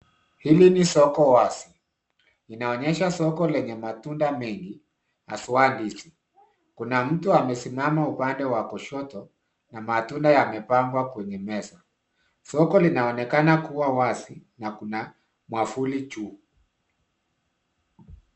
Hili ni soko wazi. Inaonyesha soko lenye matunda mengi haswa ndizi. Kuna mtu amesimama upande wa kushoto na matunda yamepangwa kwenye meza. Soko linaonekana kuwa wazi na kuna mwavuli juu.